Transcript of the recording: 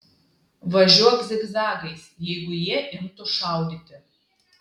važiuok zigzagais jeigu jie imtų šaudyti